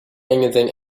anything